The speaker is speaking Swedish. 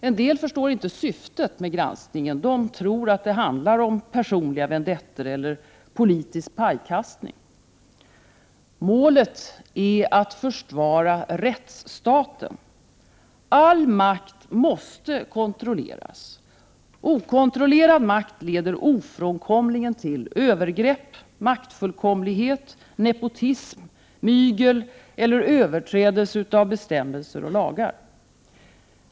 En del förstår inte syftet med granskningen. De tror att det handlar om personliga vendettor eller politisk pajkastning. Målet är att försvara rättsstaten. All makt måste kontrolleras. Okontrolle rad makt leder ofrånkomligen till övergrepp, maktfullkomlighet, nepotism, mygel eller överträdelse av bestämmelser och lagar.